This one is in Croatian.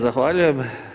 Zahvaljujem.